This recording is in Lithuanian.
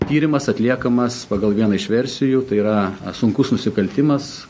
tyrimas atliekamas pagal vieną iš versijų tai yra sunkus nusikaltimas